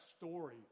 story